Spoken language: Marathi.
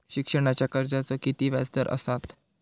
शिक्षणाच्या कर्जाचा किती व्याजदर असात?